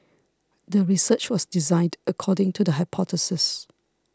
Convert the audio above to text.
the research was designed according to the hypothesis